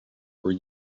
were